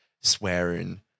swearing